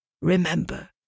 Remember